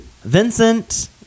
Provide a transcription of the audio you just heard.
Vincent